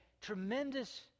tremendous